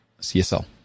CSL